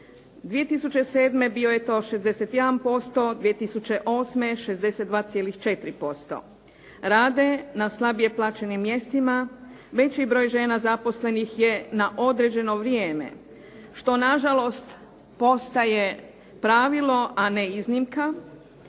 2007. bio je to 61%, 2008. 62,4%. Rade na slabije plaćenim mjestima. Veći broj žena zaposlenih je na određeno vrijeme što nažalost postaje pravilo a ne iznimka.